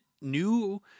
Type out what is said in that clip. new